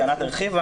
כי ענת הרחיבה,